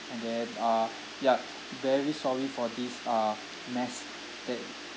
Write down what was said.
and then uh yup very sorry for this uh mess that